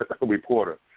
reporter